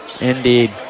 Indeed